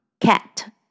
Cat